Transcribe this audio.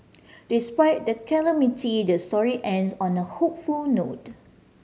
despite the calamity the story ends on a hopeful note